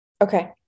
Okay